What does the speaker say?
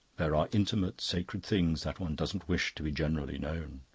there are intimate, sacred things that one doesn't wish to be generally known.